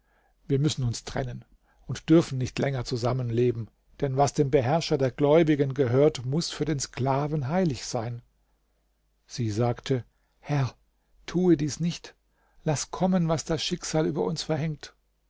wir müssen uns trennen und dürfen nicht länger zusammenleben denn was dem beherrscher der gläubigen gehört muß für den sklaven heilig sein sie sagte herr tue dies nicht laß kommen was das schicksal über uns verhängt